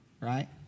right